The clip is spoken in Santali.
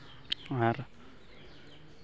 ᱟᱨ